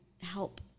help